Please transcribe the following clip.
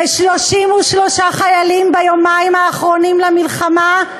ו-33 חיילים, ביומיים האחרונים למלחמה,